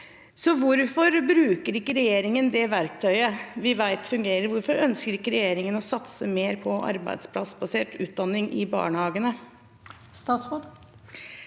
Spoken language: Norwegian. hvorfor bruker ikke regjeringen det verktøyet vi vet fungerer? Hvorfor ønsker ikke regjeringen å satse mer på arbeidsplassbasert utdanning i barnehagene?